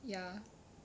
ya